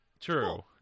True